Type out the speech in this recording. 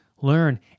learn